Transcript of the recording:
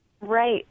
Right